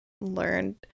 learned